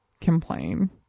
complain